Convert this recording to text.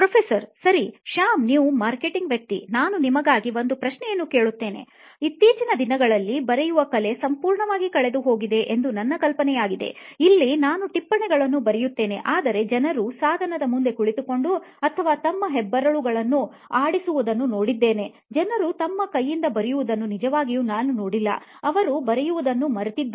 professor ಸರಿ ಶ್ಯಾಮ್ ನೀವು marketing ವ್ಯಕ್ತಿ ನಾನು ನಿಮಗಾಗಿ ಒಂದು ಪ್ರಶ್ನೆಯನ್ನು ಕೇಳುತ್ತೇನೆ ಇತ್ತೀಚಿನ ದಿನಗಳಲ್ಲಿ ಬರೆಯುವ ಕಲೆ ಸಂಪೂರ್ಣವಾಗಿ ಕಳೆದುಹೋಗಿದೆ ಎಂದು ನನ್ನ ಕಲ್ಪನೆ ಯಾಗಿದೆ ಇಲ್ಲಿ ನಾನು ಟಿಪ್ಪಣಿಗಳನ್ನು ಬರೆಯುತ್ತೇನೆ ಆದರೆ ಜನರು ಸಾಧನದ ಮುಂದೆ ಕುಳಿತುಕೊಂಡು ಅಥವಾ ತಮ್ಮ ಹೆಬ್ಬೆರಳುಗಳನ್ನೂ ಆಡಿಸುವುದನ್ನು ನೋಡಿದ್ದೇನೆ ಜನರು ತಮ್ಮ ಕೈ ಯಿಂದ ಬರೆಯುವುದನ್ನು ನಿಜವಾಗಿ ನಾನು ನೋಡಿಲ್ಲ ಅವರು ಬರೆಯುವುದ್ದನ್ನು ಮರೆತ್ತಿದ್ದಾರೆ